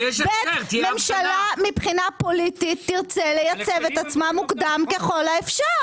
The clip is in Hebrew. ממשלה מבחינה פוליטית תרצה לייצב את עצמה מוקדם ככל האפשר.